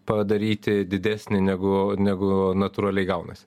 padaryti didesnį negu negu natūraliai gaunasi